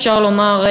אפשר לומר,